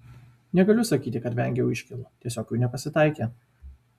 negaliu sakyti kad vengiau iškylų tiesiog jų nepasitaikė